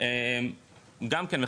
גם כן,